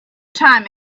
time